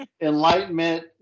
enlightenment